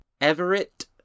Everett